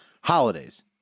Holidays